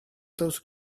those